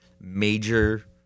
major